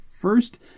first